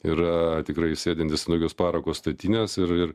yra tikrai sėdintis ant tokios parako statinės ir ir